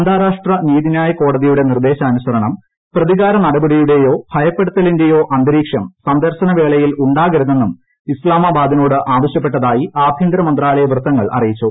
അന്താരാഷ്ട്ര നീതിന്യായ കോടതിയുടെ നിർദ്ദേശാനുസരണം പ്രതികാര നടപടിയുടെയോ ഭയപ്പെടുത്തലിന്റെയോ അന്തരീക്ഷം സന്ദർശന വേളകളിൽ ഉണ്ടാകരുതെന്നും ഇസ്ലാമാബാദിനോട് ആവശ്യപ്പെട്ടതായി ആഭ്യന്തര മന്ത്രാലയ വൃത്തങ്ങൾ അറിയിച്ചു